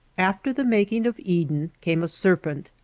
after the making of eden came a serpent,